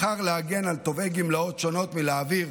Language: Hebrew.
בחר להגן על תובעי גמלאות שונות מלהעביר